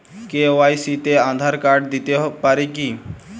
KYC তে Aadhaar card দিতে পারি কি?